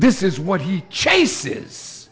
this is what he chases